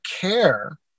care